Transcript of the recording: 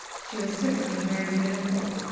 she was certainly very beautiful,